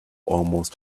almost